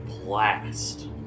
blast